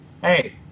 Hey